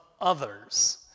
others